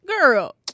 Girl